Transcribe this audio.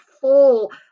full